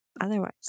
otherwise